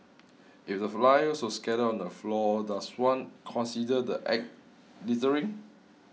if the flyers were scattered on the floor does one consider the Act littering